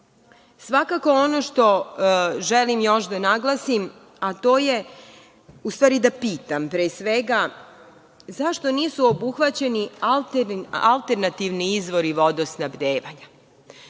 Svakako, ono što želim još da naglasim, u stvari da pitam pre svega, zašto nisu obuhvaćeni alternativni izvori vodosnabdevanja?